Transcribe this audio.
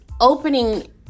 opening